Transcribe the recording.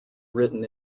written